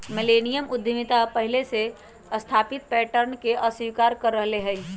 millennium उद्यमिता पहिले से स्थापित पैटर्न के अस्वीकार कर रहल हइ